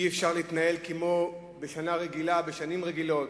אי-אפשר להתנהל כמו בשנה רגילה, בשנים רגילות,